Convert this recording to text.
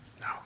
No